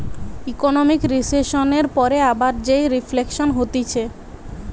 economic রিসেসনের পরে আবার যেই রিফ্লেকশান হতিছে